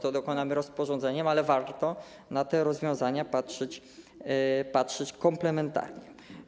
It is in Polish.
To dokonamy rozporządzeniem, ale warto na te rozwiązania patrzeć komplementarnie.